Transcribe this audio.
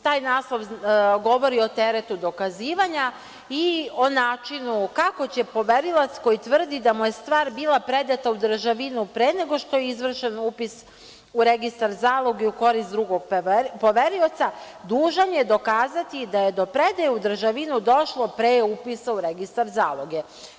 Taj naslov govori o teretu dokazivanja i o načinu kako će poverilac koji tvrdi da mu je stvar bila predata u državinu pre nego što je izvršen upis u registar zaloge i u korist drugog poverioca, dužan je dokazati da je do predaje u državinu došlo pre upisa u registar zaloge.